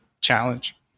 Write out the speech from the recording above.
challenge